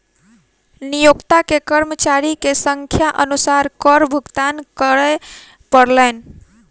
नियोक्ता के कर्मचारी के संख्या अनुसार कर भुगतान करअ पड़लैन